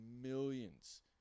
millions